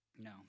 No